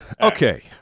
Okay